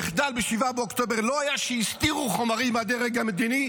המחדל ב-7 באוקטובר לא היה שהסתירו חומרים מהדרג המדיני,